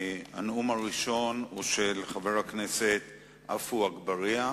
הנאום הראשון הוא של חבר הכנסת עפו אגבאריה,